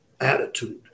attitude